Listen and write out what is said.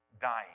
dying